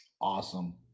Awesome